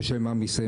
בשם עם ישראל,